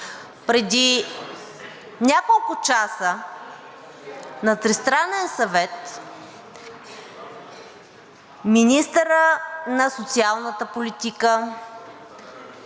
Преди няколко часа на Тристранен съвет министърът на социалната политика,